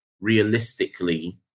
realistically